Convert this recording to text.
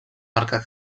marcar